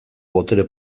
botere